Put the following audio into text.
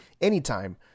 anytime